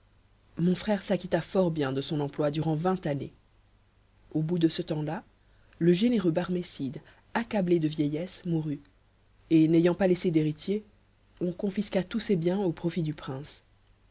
mon frère s'acquitta fort bien de son emploi durant vingt années au bout de ce temps-là le généreux barmécide accablé de vieillesse mourut et n'ayant pas laissé d'héritiers on confisqua tous ses biens au prout du prince